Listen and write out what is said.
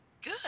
Good